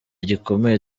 gikomeye